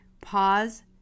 pause